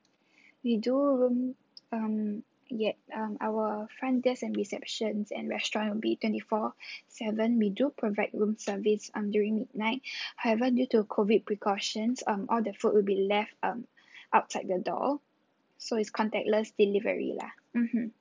we do room um yup um our front desk and receptions and restaurant will be twenty four seven we do provide room service um during night however due to COVID precautions um all the food will be left um outside the door so it's contactless delivery lah mmhmm